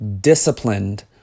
disciplined